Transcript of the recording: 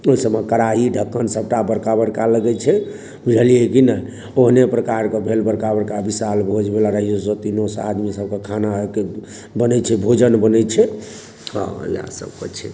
ओहि सभमे कड़ाही ढक्कन सभटा बड़का बड़का लगै छै बुझलियै की नहि ओहने प्रकार के भेल बड़का बड़का बिशाल भोज बला रहै छै सए तीनो सए आदमी सभके खाना बनै छै भोजन बनै छै हँ इएह सभ होइ छै